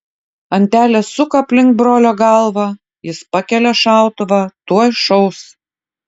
antelė suka aplink brolio galvą jis pakelia šautuvą tuoj šaus